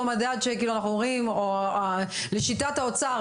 המדד שאנחנו כאילו אומרים או לשיטת האוצר,